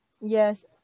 Yes